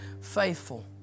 faithful